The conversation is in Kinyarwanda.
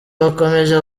bakomeje